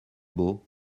beau